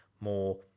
more